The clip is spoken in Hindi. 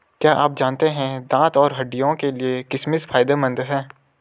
क्या आप जानते है दांत और हड्डियों के लिए किशमिश फायदेमंद है?